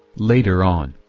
later on,